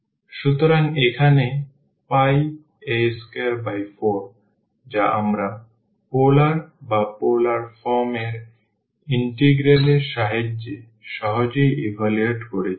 Aθ02r0ardrdθ a222 a24 সুতরাং এখানে a24 যা আমরা পোলার বা পোলার ফর্ম এর ইন্টিগ্রাল এর সাহায্যে সহজেই ইভালুয়েট করেছি